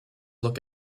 look